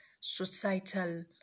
societal